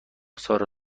سارا